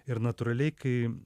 ir natūraliai kai